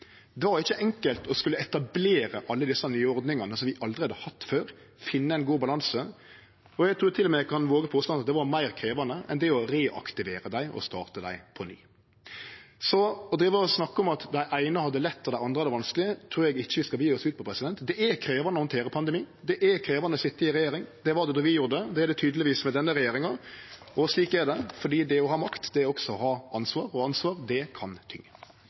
Det var ikkje enkelt å skulle etablere alle desse nye ordningane som vi aldri hadde hatt før, og finne ein god balanse. Eg trur til og med eg kan våge påstanden at det var meir krevjande enn det er å reaktivere dei og starte dei på ny. Så det å snakke om at nokon har det lett og andre har det vanskeleg, trur eg ikkje vi skal begynne med. Det er krevjande å handtere ein pandemi. Det er krevjande å sitje i regjering. Det var det då vi gjorde det, og det er det tydelegvis med denne regjeringa. Slik er det, for det å ha makt er også å ha ansvar, og ansvar kan